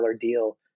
deal